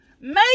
Make